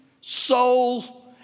soul